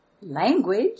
language